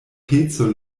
peco